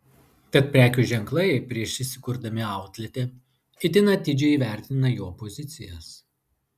tad prekių ženklai prieš įsikurdami outlete itin atidžiai įvertina jo pozicijas